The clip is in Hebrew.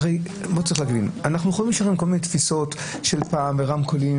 צריך להבין שאנחנו יכולים לשנות כל מיני תפיסות של פעם ורמקולים.